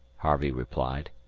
harvey replied.